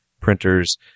printers